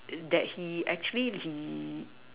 that he actually he